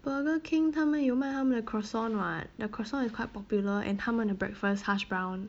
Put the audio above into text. burger king 它们有卖它们的 croissant [what] the croissant is quite popular and 它们的 breakfast hash brown